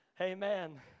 amen